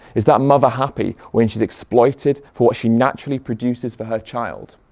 is that mother happy when she's exploited for what she naturally produces for her child?